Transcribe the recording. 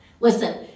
Listen